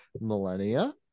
millennia